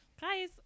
Guys